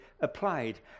applied